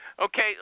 Okay